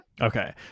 Okay